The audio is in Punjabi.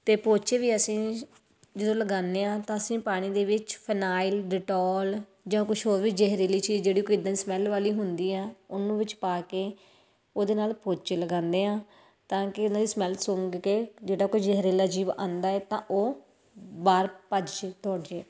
ਅਤੇ ਪੋਚੇ ਵੀ ਅਸੀਂ ਜਦੋਂ ਲਗਾਉਂਦੇ ਹਾਂ ਤਾਂ ਅਸੀਂ ਪਾਣੀ ਦੇ ਵਿੱਚ ਫਨਾਈਲ ਡਟੋਲ ਜਾਂ ਕੁਛ ਹੋਰ ਵੀ ਜਹਿਰੀਲੀ ਚੀਜ਼ ਜਿਹੜੀ ਕੋਈ ਇੱਦਾਂ ਦੀ ਸਮੈੱਲ ਵਾਲੀ ਹੁੰਦੀ ਆ ਉਹਨੂੰ ਵਿੱਚ ਪਾ ਕੇ ਉਹਦੇ ਨਾਲ ਪੋਚੇ ਲਗਾਉਂਦੇ ਹਾਂ ਤਾਂ ਕਿ ਉਹਨਾਂ ਦੀ ਸਮੈੱਲ ਸੁੰਘ ਕੇ ਜਿਹੜਾ ਕੋਈ ਜਹਿਰੀਲਾ ਜੀਵ ਆਉਂਦਾ ਹੈ ਤਾਂ ਉਹ ਬਾਹਰ ਭੱਜ ਜਾਏ ਦੌੜ ਜਾਏ